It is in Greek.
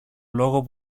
λόγο